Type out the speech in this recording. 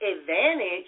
advantage